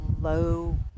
low